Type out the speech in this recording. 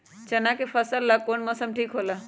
चाना के फसल ला कौन मौसम ठीक होला?